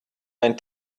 ein